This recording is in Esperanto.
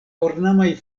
ornamaj